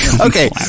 Okay